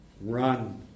run